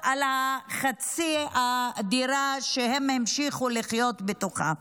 על חצי הדירה שהם המשיכו לחיות בתוכה.